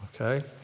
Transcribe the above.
Okay